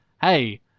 hey